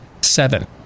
Seven